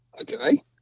Okay